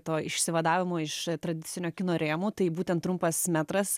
to išsivadavimo iš tradicinio kino rėmų tai būtent trumpas metras